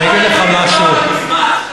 איבדת מזמן,